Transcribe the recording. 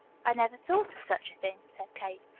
i never thought of such a thing, said kate.